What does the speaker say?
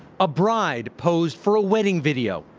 a bride, posed for a wedding video.